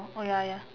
oh ya ya